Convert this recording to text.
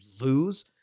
lose